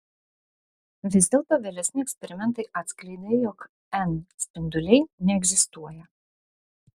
vis dėlto vėlesni eksperimentai atskleidė jog n spinduliai neegzistuoja